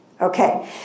Okay